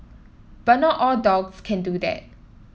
but not all dogs can do that